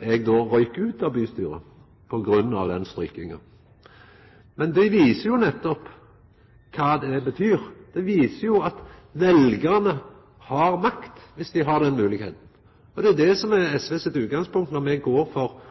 eg rauk ut av bystyret på grunn av den strykinga. Men det viser nettopp kva det betyr. Det viser at veljarane har makt om dei har den moglegheita. Og det er det som er SVs utgangspunkt når me går for